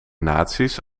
naties